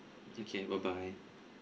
okay bye bye